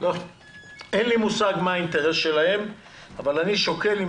אין לי מושג מה האינטרס שלהם אבל אני שוקל אם